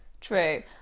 True